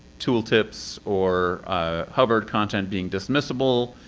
tool tips or hovered content being dismissible,